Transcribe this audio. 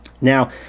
Now